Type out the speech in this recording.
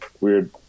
weird